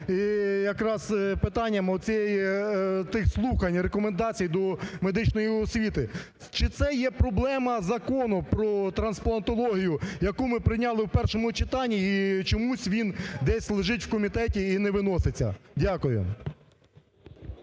якраз є питанням тих слухань, рекомендацій до медичної освіти? Чи це є проблема Закону про трансплантологію, яку ми прийняли в першому читанні і чомусь він десь лежить в комітеті і не виноситься? Дякую.